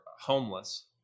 homeless